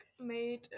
made